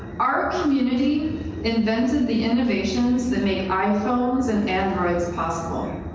our community invented the innovations that make iphones and androids possible,